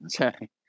Okay